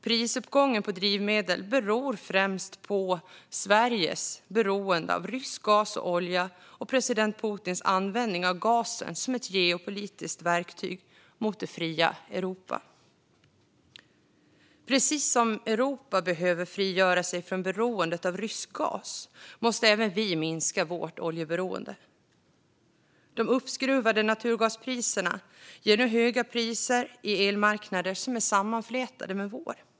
Prisuppgången på drivmedel beror främst på Sveriges beroende av rysk gas och olja och på president Putins användning av gasen som ett geopolitiskt verktyg mot det fria Europa. Precis som Europa behöver frigöra sig från beroendet av rysk gas måste även Sverige minska vårt oljeberoende. De uppskruvade naturgaspriserna ger nu höga priser på elmarknader som är sammanflätade med vår.